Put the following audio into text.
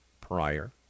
prior